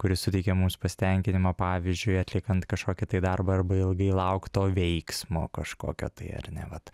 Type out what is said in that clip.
kuris suteikia mums pasitenkinimą pavyzdžiui atliekant kažkokį tai darbą arba ilgai laukto veiksmo kažkokio tai ar ne vat